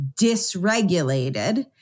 dysregulated